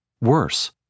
Worse